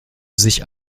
sich